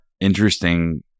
interesting